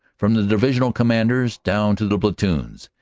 from the divisional commanders down to the platoons,